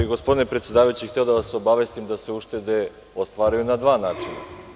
Gospodine predsedavajući, hteo bih da vas obavestim da su uštede ostvarene na dva načina.